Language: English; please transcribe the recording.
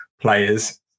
players